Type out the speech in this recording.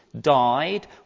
died